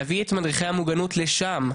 להביא את מדריכי המוגנות לשם,